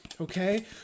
Okay